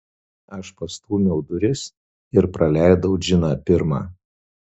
aš pastūmiau duris ir praleidau džiną pirmą